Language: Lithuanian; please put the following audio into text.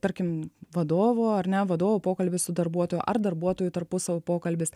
tarkim vadovo ar ne vadovo pokalbis su darbuotoju ar darbuotojų tarpusavio pokalbis